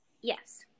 Yes